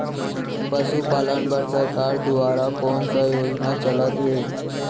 पशुपालन बर सरकार दुवारा कोन स योजना चलत हे?